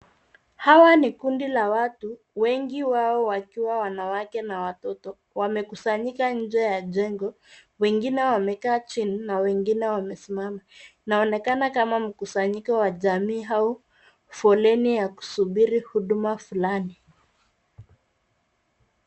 Hawa ni kundi la watu wangi wao wakiwa wanawake na watoto wamekusanyika nje ya jengo wengine wamekaa chini na wengine wamesimama inaonekana kama mkusanyiko wa jamii au foleni ya kusubiri huduma fulani.